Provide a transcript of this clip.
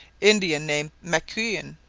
indian name maquin,